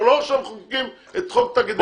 אנחנו לא עכשיו מחוקקים את חוק תאגידי המים עוד הפעם.